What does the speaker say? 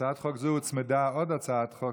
להצעת חוק זו הוצמדה עוד הצעת חוק,